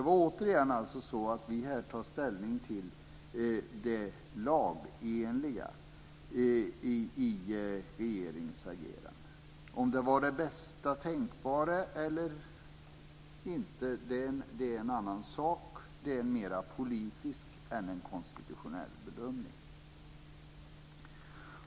Här tar vi alltså återigen ställning till det lagenliga i regeringens agerande. Om det var det bästa tänkbara eller inte är en annan sak. Det är en mer politisk än en konstitutionell bedömning.